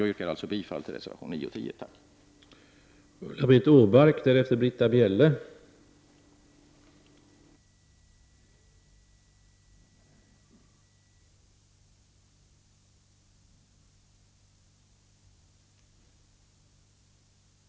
Jag yrkar bifall ånyo till reservationerna 9 och 10.